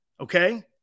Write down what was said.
Okay